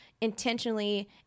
intentionally